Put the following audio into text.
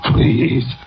Please